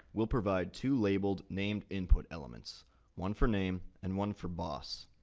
we'll provide two labelled, named input elements one for name and one for boss.